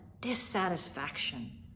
dissatisfaction